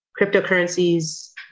cryptocurrencies